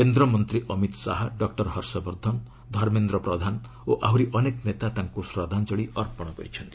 କେନ୍ଦ୍ରମନ୍ତ୍ରୀ ଅମିତ ଶାହା ଡକ୍କର ହର୍ଷବର୍ଦ୍ଧନ ଧର୍ମେନ୍ଦ୍ର ପ୍ରଧାନ ଓ ଆହୁରି ଅନେକ ନେତା ତାଙ୍କୁ ଶ୍ରଦ୍ଧାଞ୍ଜଳି ଅର୍ପଣ କରିଛନ୍ତି